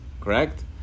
Correct